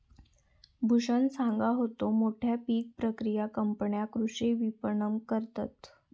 भूषण सांगा होतो, मोठ्या पीक प्रक्रिया कंपन्या कृषी विपणन करतत